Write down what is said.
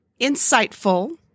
insightful